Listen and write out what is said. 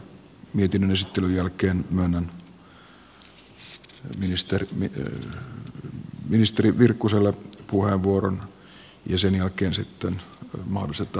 valiokunnan puheenjohtajan mietinnön esittelyn jälkeen myönnän ministeri virkkuselle puheenvuoron ja sen jälkeen sitten mahdollistetaan debatti